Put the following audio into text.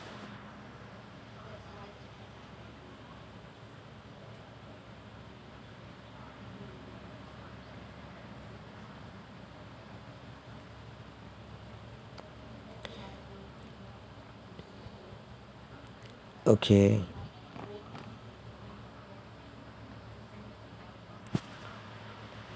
okay